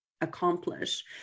accomplish